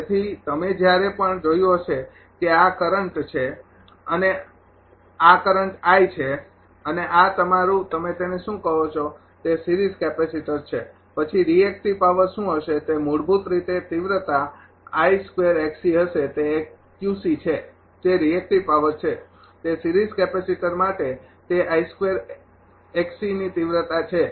તેથી તમે જ્યારે પણ જોયું હશે કે આ કરંટ છે આ કરંટ છે અને આ તમારું તમે તેને શું કહો છો તે સિરીઝ કેપેસિટર છે પછી રિએક્ટિવ પાવર શું હશે તે મૂળભૂત રીતે તીવ્રતા હશે તે છે તે રિએક્ટિવ પાવર છે તે સિરીઝ કેપેસિટર માટે તે ની તીવ્રતા છે